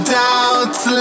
doubts